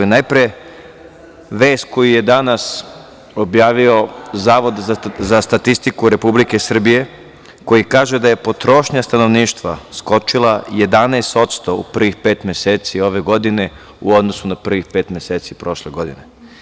Najpre, vest koju je danas objavio Zavod za statistiku Republike Srbije, koja kaže da je potrošnja stanovništva skočila 11% u prvih pet meseci ove godine, u odnosu na prvih pet meseci prošle godine.